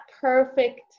perfect